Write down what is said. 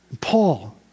Paul